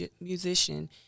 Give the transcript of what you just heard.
musician